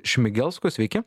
šmigelsku sveiki